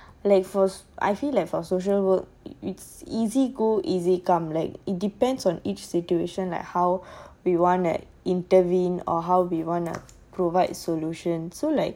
like for I think like for social work it's easy go easy come like it depends on each situation like how we want to intervene or how we want to provide solutions so like